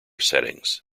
settings